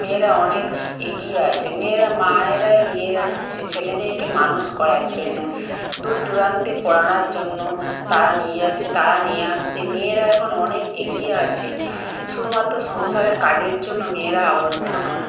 মেয়েরা অনেক এগিয়ে আছে মেয়েরা মায়েরাই নিয়ে যাচ্ছে ছেলে মেয়েকে মানুষ করার জন্য দূর দূরান্তে পড়ানোর জন্য তারা নিয়ে যাচ্ছে তারা নিয়ে আসছে মেয়েরা এখন অনেক এগিয়ে আছে শুধুমাত্র সংসারের কাজের জন্য মেয়েরা আবদ্ধ নয়